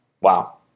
Wow